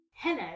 Hello